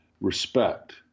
Respect